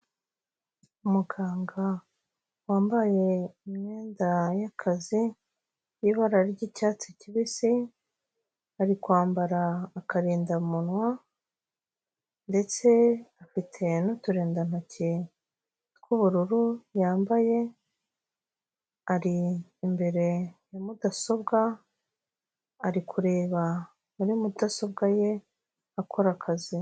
Umuganga wambaye imyenda y'akazi, y'ibara ry'cyatsi kibisi, ari kwambara akarindamuwa ndetse afite n'uturindantoki tw'ubururu yambaye, ari imbere ya mudasobwa, ari kureba muri mudasobwa ye akora akazi.